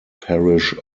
parish